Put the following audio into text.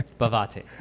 Bavate